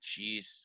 jeez